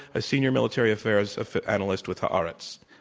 a senior military affairs analyst with haaretz.